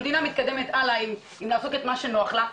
המדינה מתקדמת הלאה עם לעשות את מה שנוח לה,